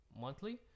monthly